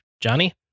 Johnny